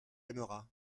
aimera